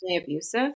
abusive